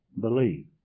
believe